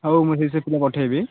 ହଉ ମୁଁ ସେଇ ହିସାବରେ ପିଲା ପଠାଇବି